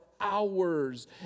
hours